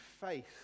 faith